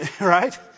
Right